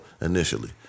initially